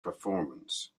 performance